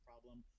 problem